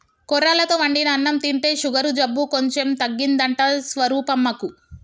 కొర్రలతో వండిన అన్నం తింటే షుగరు జబ్బు కొంచెం తగ్గిందంట స్వరూపమ్మకు